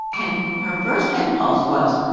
and her first impulse was,